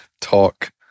talk